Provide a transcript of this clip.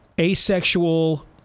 Asexual